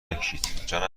نکشید